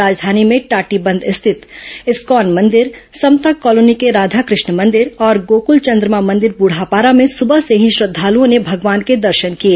राजधानी में टाटीबंध स्थित इस्कॉन मंदिर समता कॉलोनी के राधा कृष्ण मंदिर और गोकृल चंद्रमा मंदिर बुढ़ापारा में सुबह से ही श्रद्दालुओं ने भगवान के दर्शन किए